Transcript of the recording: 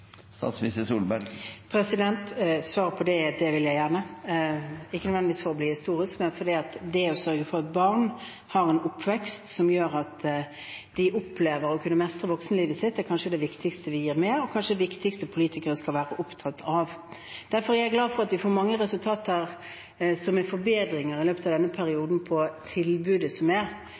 Svaret på det er at det vil jeg gjerne – ikke nødvendigvis for å bli historisk, men fordi det å sørge for at barn har en oppvekst som gjør at de opplever å kunne mestre voksenlivet sitt, er kanskje det viktigste vi gjør, og kanskje det viktigste politikere skal være opptatt av. Derfor er jeg glad for at vi har fått mange resultater i løpet av denne perioden som er forbedringer av det tilbudet som er,